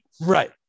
Right